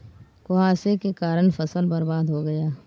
कुहासे के कारण फसल बर्बाद हो गयी